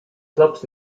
clubs